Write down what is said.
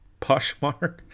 Poshmark